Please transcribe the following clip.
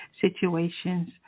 situations